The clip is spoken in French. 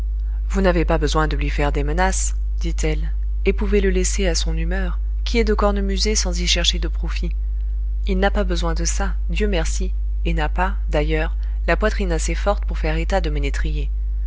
vous n'avez pas besoin de lui faire des menaces dit-elle et pouvez le laisser à son humeur qui est de cornemuser sans y chercher de profit il n'a pas besoin de ça dieu merci et n'a pas d'ailleurs la poitrine assez forte pour faire état de